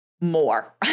more